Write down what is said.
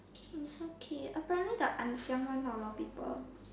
it's okay apparently the Ann-siang one not a lot of people